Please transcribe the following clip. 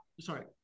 Sorry